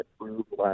approved